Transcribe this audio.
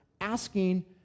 asking